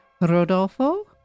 Rodolfo